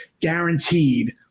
guaranteed